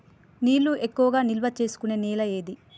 నీళ్లు ఎక్కువగా నిల్వ చేసుకునే నేల ఏది?